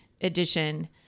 edition